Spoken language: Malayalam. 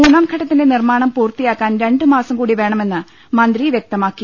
മൂന്നാം ഘട്ടത്തിന്റെ നിർമ്മാണം പൂർത്തിയാക്കാൻ രണ്ട് മാസം കൂടി വേണമെന്ന് മന്ത്രി വൃക്തമാക്കി